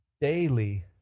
daily